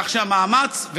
כך שהמאמץ,